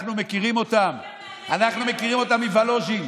אנחנו מכירים אותם, אנחנו מכירים אותם מוולוז'ין.